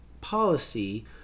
policy